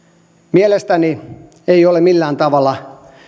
mielestäni ei olisi millään tavalla